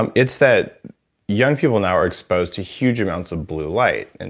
um it's that young people now are exposed to huge amounts of blue light. and